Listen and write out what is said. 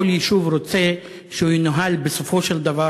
כל יישוב רוצה שהוא ינוהל בסופו של דבר